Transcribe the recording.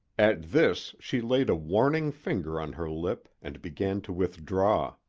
at this she laid a warning finger on her lip and began to withdraw.